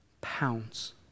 pounds